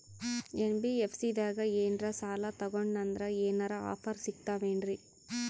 NBFC ದಾಗ ಏನ್ರ ಸಾಲ ತೊಗೊಂಡ್ನಂದರ ಏನರ ಆಫರ್ ಸಿಗ್ತಾವೇನ್ರಿ?